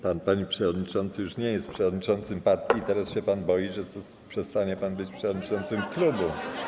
Pan, panie przewodniczący, już nie jest przewodniczącym partii, a teraz się pan boi, że przestanie pan być przewodniczącym klubu.